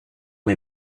mes